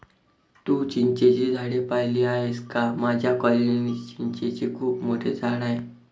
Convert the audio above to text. तू चिंचेची झाडे पाहिली आहेस का माझ्या कॉलनीत चिंचेचे खूप मोठे झाड आहे